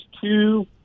two